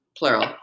Plural